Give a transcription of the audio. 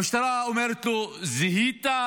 המשטרה אומרת לו, זיהית?